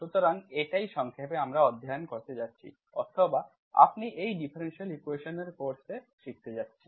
সুতরাং এটিই সংক্ষেপে আমরা অধ্যয়ন করতে যাচ্ছি অথবা আপনি এই ডিফারেনশিয়াল ইকুয়েশন্স এর কোর্সে এ শিখতে যাচ্ছেন